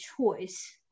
choice